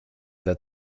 that